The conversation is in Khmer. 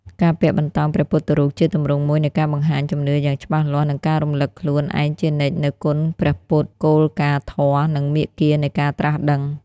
ការពាក់បន្តោងព្រះពុទ្ធរូប ជាទម្រង់មួយនៃការបង្ហាញជំនឿយ៉ាងច្បាស់លាស់ និងការរំឭកខ្លួនឯងជានិច្ច នូវគុណព្រះពុទ្ធ គោលការណ៍ធម៌ និងមាគ៌ានៃការត្រាស់ដឹង។